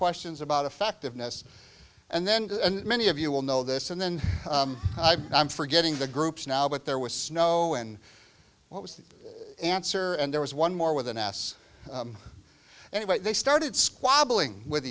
questions about effectiveness and then many of you will know this and then i'm forgetting the groups now but there was snow and what was the answer and there was one more with an s anyway they started squabbling with